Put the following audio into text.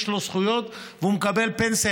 יש לו זכויות והוא מקבל פנסיה,